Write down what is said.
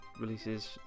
releases